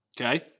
Okay